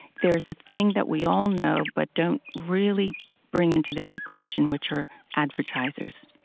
there's a thing that we all know, but don't really bring into this equation, which are advertisers.